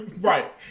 right